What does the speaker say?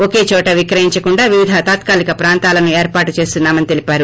ఒకే చోట విక్రయించకుండా వివిధ తాత్కాలిక ప్రాంతాలను ఏర్పాటు దేస్తున్నా మని తెలిపారు